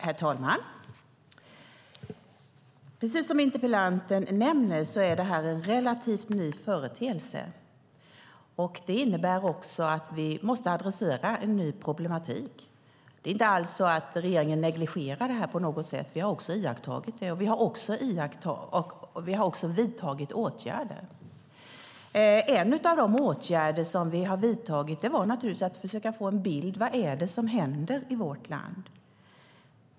Herr talman! Precis som interpellanten nämner är detta en relativt ny företeelse. Det innebär också att vi måste adressera en ny problematik. Det är inte alls så att regeringen negligerar detta på något sätt, utan vi har också iakttagit detta och vidtagit åtgärder. En av de åtgärder som vi har vidtagit gäller naturligtvis att försöka få en bild av vad som händer i vårt land.